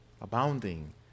abounding